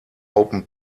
open